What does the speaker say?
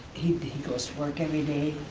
he goes to work everyday,